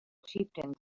chieftains